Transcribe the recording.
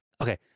okay